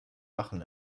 lachen